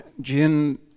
Jin